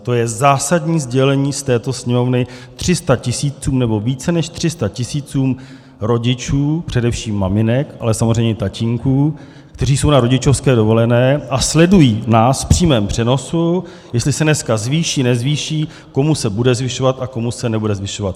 To je zásadní sdělení z této Sněmovny více než 300 tisícům rodičů, především maminek, ale samozřejmě i tatínků, kteří jsou na rodičovské dovolené a sledují nás v přímém přenosu, jestli se dneska zvýší, nezvýší, komu se bude zvyšovat a komu se nebude zvyšovat.